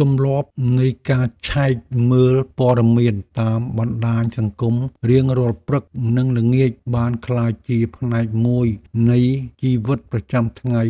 ទម្លាប់នៃការឆែកមើលព័ត៌មានតាមបណ្ដាញសង្គមរៀងរាល់ព្រឹកនិងល្ងាចបានក្លាយជាផ្នែកមួយនៃជីវិតប្រចាំថ្ងៃ